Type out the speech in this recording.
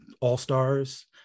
All-Stars